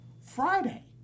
Friday